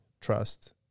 trust